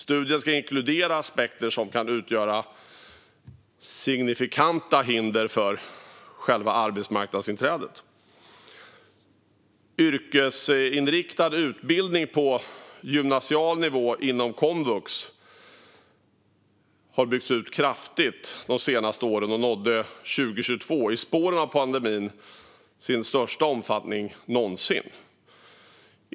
Studien ska inkludera aspekter som kan utgöra signifikanta hinder för själva arbetsmarknadsinträdet . Yrkesinriktad utbildning på gymnasial nivå inom komvux har byggts ut kraftigt de senaste åren och nådde 2022, i spåren av pandemin, sin största omfattning någonsin.